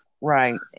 right